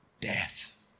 Death